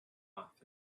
off